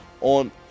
on